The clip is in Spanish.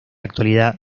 actualidad